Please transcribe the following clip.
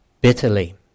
bitterly